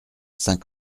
saint